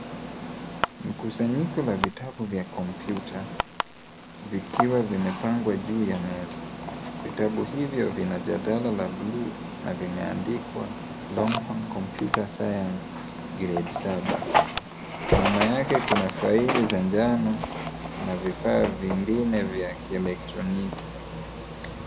Mkusanyiko wa vitabu vya kompyuta, vikiwa vimepangwa juu ya meza. Vitabu hivyo vina jarada la buluu na vimeandikwa Longhorn Computer Science Grade saba. Nyuma yake kuna faili ya njano na vifaa vingine vya kielekroniki.